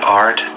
art